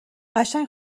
قشنگ